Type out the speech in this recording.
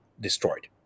destroyed